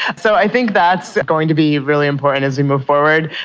so i think that's going to be really important as we move forward.